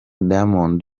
diamond